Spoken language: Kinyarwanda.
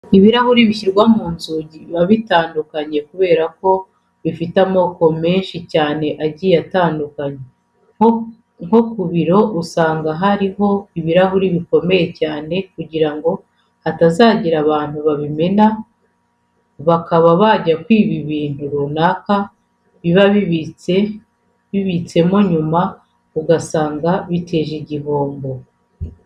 Ibirahuri bishyirwa mu nzugi biba bitandukanye kubera ko bifite amoko menshi cyane agiye atandukanye. Nko ku biro usanga hariho ibirahuri bikomeye cyane kugira ngo hatazagira abantu babimena, bakaba bajya kwiba ibintu runaka biba bibitsemo hanyuma ugasanga biteje igihombo.